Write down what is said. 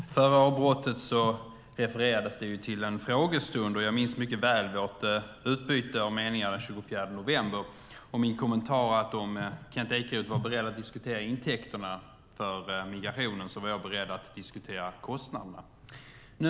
Fru talman! Före avbrottet refererades det till en frågestund. Jag minns mycket väl vårt meningsutbyte den 24 november och min kommentar då att om Kent Ekeroth var beredd att diskutera intäkterna från migrationen så var jag beredd att diskutera kostnaderna.